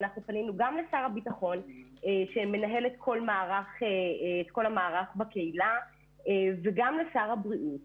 אנחנו פנינו גם לשר הביטחון כמנהל את כל המערך בקהילה וגם לשר הבריאות